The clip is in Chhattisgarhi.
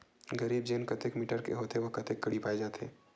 जरीब चेन कतेक मीटर के होथे व कतेक कडी पाए जाथे?